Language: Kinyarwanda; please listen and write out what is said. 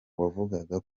wavugaga